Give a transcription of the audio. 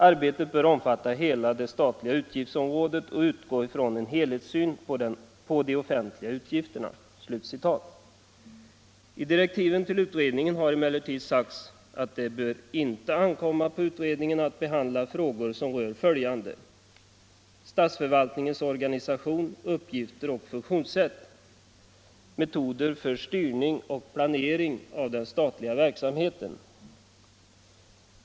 Arbetet bör omfatta hela det statliga utgiftsområdet och utgå från en helhetssyn på de offentliga utgifterna.” I direktiven till utredningen har emellertid sagts att det inte bör ankomma på utredningen att behandla frågor som rör statsförvaltningens organisation, uppgifter och funktionssätt samt metoder för styrning och planering av den statliga verksamheten.